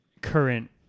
current